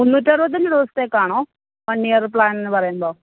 മുന്നൂറ്റി അറുപത്തി അഞ്ച് ദിവസത്തേക്കാണോ വൺ ഇയർ പ്ലാൻ എന്ന് പറയുമ്പോൾ